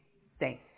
safe